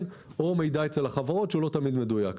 או מידע אצל החברות שהוא לא תמיד מדויק.